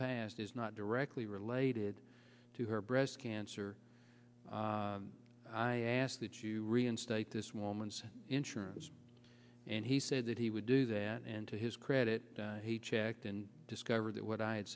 past is not directly related to her breast cancer i ask that you reinstate this woman's insurance and he said that he would do that and to his credit he checked and discovered that what i had